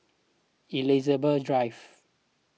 Elizabeth Drive